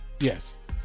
yes